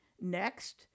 Next